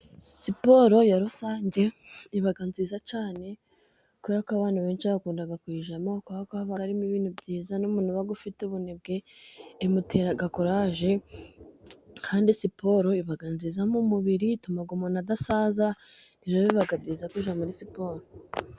Siporo ya rusange iba nziza cyane, kubera ko abantu benshi bakunda kuyijyamo, kubera ko haba harimo ibintu byiza, n'umuntu uba ufite ubunebwe imutera kurage, kandi siporo iba nziza mu mubiri, ituma umuntu adasaza, rero biba byiza kujya muri siporo.